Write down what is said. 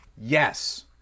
Yes